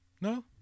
No